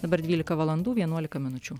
dabar dvylika valandų vienuolika minučių